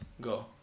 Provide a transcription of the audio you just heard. Go